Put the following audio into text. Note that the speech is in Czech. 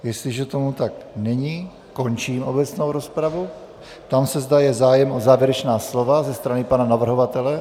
Jestliže tomu tak není, končím obecnou rozpravu, ptám se, zda je zájem o závěrečná slova ze strany pana navrhovatele.